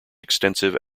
extensive